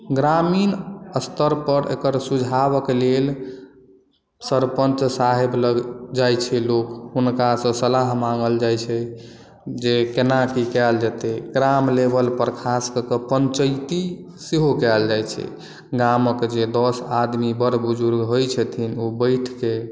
ग्रामीण स्तर पर एकर सुझावक लेल सरपंच साहेब लग जाइ छै लोक हुनका से सलाह माँगल जाइ छै जे केना की कयल जेतै ग्राम लेवल पर खास कऽ के पंचैती सेहो कयल जाइ छै गामक जे दस आदमी बड़ बुजुर्ग होइ छथिन ओ बैठ के